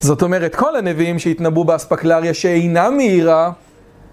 זאת אומרת, כל הנביאים שהתנבאו באספקלריה שאינה מהירה